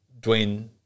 Dwayne